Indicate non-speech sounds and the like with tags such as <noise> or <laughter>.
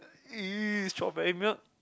<noise> strawberry milk